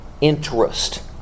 interest